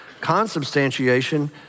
Consubstantiation